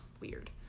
weird